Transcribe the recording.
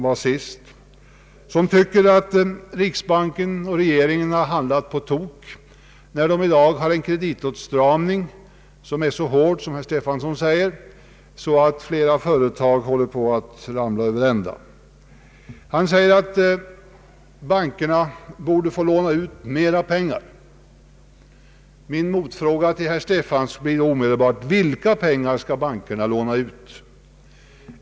Han anser att riksbanken och regeringen har handlat på tok när vi i dag har en kreditåtstramning som är så hård att flera företag enligt herr Stefanson håller på att ramla över ända. Han säger att bankerna borde få låna ut mera pengar. Min motfråga till herr Stefanson blir omedelbart: Vilka pengar skall bankerna låna ut?